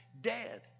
dead